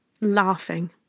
laughing